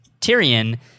Tyrion